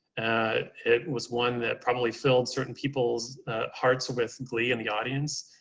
and it was one that probably filled certain people's hearts with and glee in the audience.